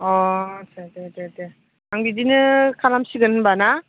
अ आच्चा दे दे दे आं बिदिनो खालामसिगोन होनबा ना